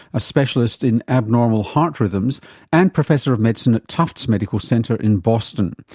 a specialist in abnormal heart rhythms and professor of medicine at tufts medical center in boston.